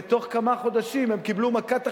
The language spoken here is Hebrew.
ובתוך כמה חודשים הם קיבלו מכת עכברים,